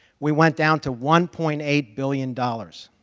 we went down to one point eight billion dollars.